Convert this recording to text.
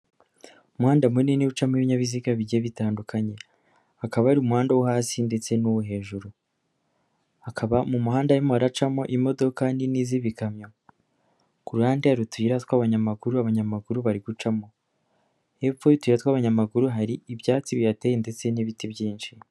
Umuhanda munini ucamo ibibinyabiziga bigiye bitandukanye, hakaba hari umuhanda wo hasi ndetse n'uwo hejuru, hakaba mumuhanda harimo haracamo imodoka z'ibikamyo. Ku ruhande hari utuyira tw'abanyamaguru, abanyamaguru bari gucamo. Hepfo y'utuyira tw'abanyamaguru hari ibyatsi bihateye ndetse n'ibiti byinshi.